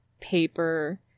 paper